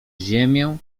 ziemię